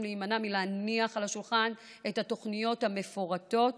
להימנע מלהניח על השולחן את התוכניות המפורטות